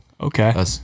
Okay